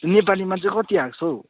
नेपालीमा चाहिँ कति आएको छ हौ